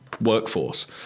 Workforce